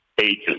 agents